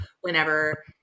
whenever